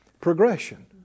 progression